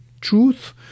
truth